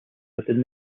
within